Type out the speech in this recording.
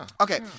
Okay